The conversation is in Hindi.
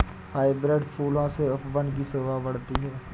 हाइब्रिड फूलों से उपवन की शोभा बढ़ती है